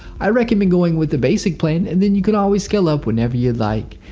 i recommend going with the basic plan, and then you can always scale up whenever you'd like.